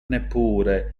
neppure